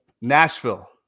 nashville